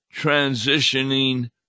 transitioning